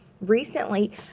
recently